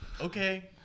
Okay